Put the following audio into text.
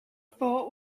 thought